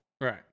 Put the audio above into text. Right